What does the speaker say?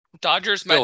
Dodgers